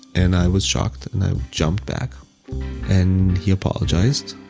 and i was shocked and i jumped back and he apologized.